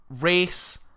race